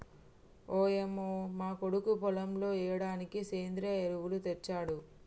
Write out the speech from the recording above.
ఓయంమో మా కొడుకు పొలంలో ఎయ్యిడానికి సెంద్రియ ఎరువులు తెచ్చాడు